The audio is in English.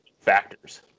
factors